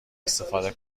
استفاده